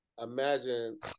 Imagine